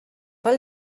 pel